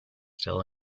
still